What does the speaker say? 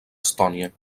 estònia